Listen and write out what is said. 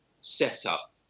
setup